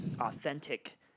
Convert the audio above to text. authentic